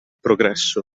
progresso